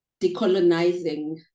decolonizing